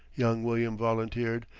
young william volunteered.